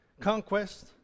conquest